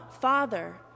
Father